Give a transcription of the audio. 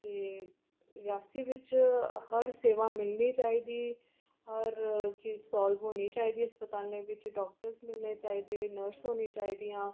ते रियासी बिच्च हर सेवा मिलनी चाहिदी हर चीज साल्व होनी चाहिदी हस्पतालें बिच्च डाक्टर्स मिलने चाहिदे नर्स होनी चाहिदियां